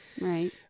Right